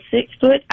six-foot